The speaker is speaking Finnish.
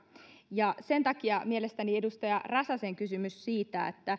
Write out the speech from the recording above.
ja sen takia mielestäni edustaja räsäsen kysymys siitä